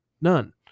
None